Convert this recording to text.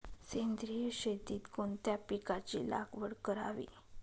सेंद्रिय शेतीत कोणत्या पिकाची लागवड करावी?